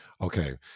Okay